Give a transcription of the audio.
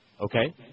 Okay